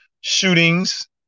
shootings